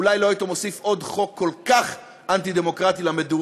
אולי לא היית מביא חוק כל כך אנטי-דמוקרטי למדורה